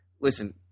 Listen